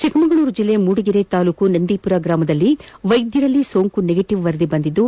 ಚಿಕ್ಕಮಗಳೂರು ಜಿಲ್ಲೆ ಮೂಡಿಗರೆ ತಾಲೂಕಿನ ನಂದಿಪುರ ಗ್ರಾಮದ ವೈದ್ಧರಲ್ಲಿ ಸೋಂಕು ನೆಗೆಟವ್ ವರದಿ ಬಂದಿದ್ದು